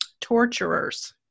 torturers